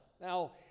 Now